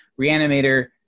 Reanimator